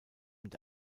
mit